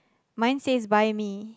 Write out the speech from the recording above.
mine says buy me